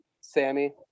Sammy